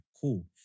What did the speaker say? cool